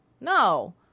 no